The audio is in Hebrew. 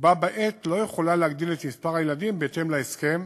ובה-בעת לא יכולה להגדיל את מספר הילדים בהתאם להסכם,